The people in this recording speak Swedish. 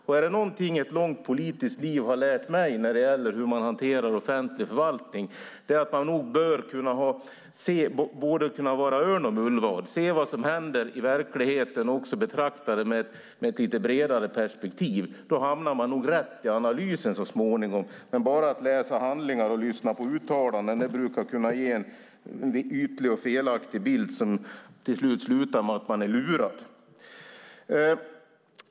Är det någonting ett långt politiskt liv har lärt mig när det gäller hur man hanterar offentlig förvaltning är det att man nog bör kunna vara både örn och mullvad, se vad som händer i verkligheten och också betrakta den med ett lite bredare perspektiv. Då hamnar man nog rätt i analysen så småningom. Men att bara läsa handlingar och lyssna på uttalanden brukar kunna ge en ytlig och felaktig bild som slutar med att man är lurad.